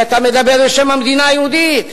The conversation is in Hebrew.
כי אתה מדבר בשם המדינה היהודית,